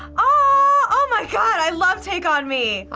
oh my god, i love take on me!